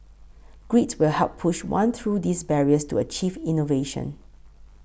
grit will help push one through these barriers to achieve innovation